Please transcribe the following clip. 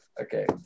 okay